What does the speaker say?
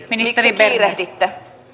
miksi kiirehditte